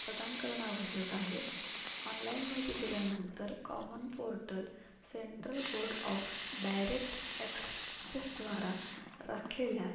प्रदान करणं आवश्यक आहे ऑनलाईन माहिती दिल्यानंतर common portal central board of direct टॅक्सिसद्वारा राखलेल्या